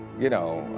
you know,